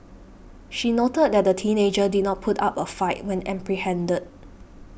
she noted that the teenager did not put up a fight when apprehended